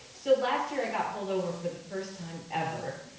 so last year i got pulled over for the first time ever.